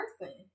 person